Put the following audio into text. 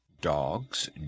dogs